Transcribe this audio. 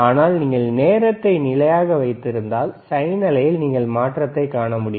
ஆனால் நீங்கள் நேரத்தை நிலையாக வைத்திருந்தால் சைன் அலையில் நீங்கள் மாற்றத்தை காண முடியும்